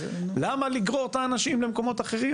למה לגרור את האנשים למקומות אחרים,